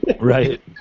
Right